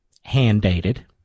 hand-dated